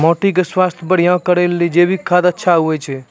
माटी के स्वास्थ्य बढ़िया करै ले जैविक खाद अच्छा होय छै?